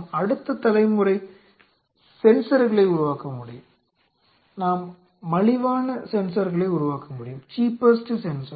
நாம் அடுத்த தலைமுறை சென்சார்களை உருவாக்க முடியும் நாம் மலிவான சென்சார்களை உருவாக்க முடியும்